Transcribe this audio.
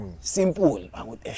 simple